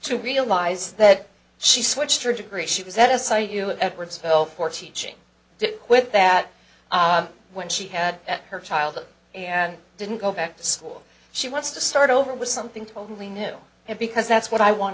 to realize that she switched her degree she was at a site you edwards fell for teaching to quit that when she had her child and didn't go back to school she wants to start over with something totally new and because that's what i want